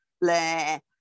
Blair